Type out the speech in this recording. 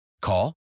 Call